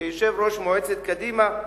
כיושב-ראש מועצת קדימה.